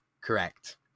correct